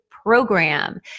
Program